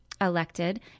elected